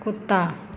कुत्ता